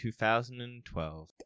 2012